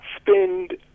spend